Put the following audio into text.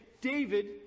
David